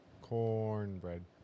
Cornbread